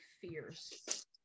fears